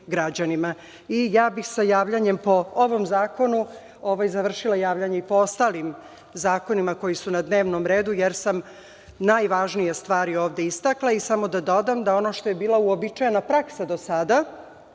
bih sa javljanjem po ovom zakonu završila javljanje i po ostalim zakonima koji su na dnevnom redu, jer sam najvažnije stvari ovde istakle. Samo da dodam da ono što je bila uobičajena praksa do sada